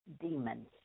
demons